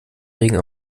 regen